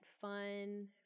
fun